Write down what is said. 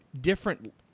different